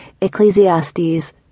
Ecclesiastes